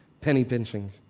penny-pinching